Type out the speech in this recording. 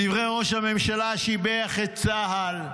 בדבריו ראש הממשלה שיבח את צה"ל,